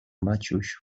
maciuś